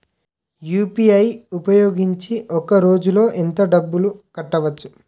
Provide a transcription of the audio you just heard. UPI ఉపయోగించి ఒక రోజులో ఎంత డబ్బులు కట్టవచ్చు?